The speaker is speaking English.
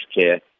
care